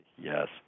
Yes